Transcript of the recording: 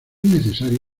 necesario